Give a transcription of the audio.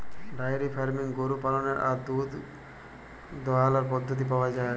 diary ফার্মিংয়ে গরু পাললের আর দুহুদ দহালর পদ্ধতি পাউয়া যায়